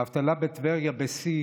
האבטלה בטבריה בשיא,